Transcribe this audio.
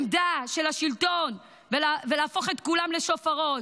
עמדה של השלטון ולהפוך את כולם לשופרות.